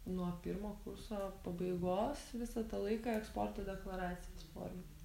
nuo pirmo kurso pabaigos visą tą laiką eksporto deklaracijos forminu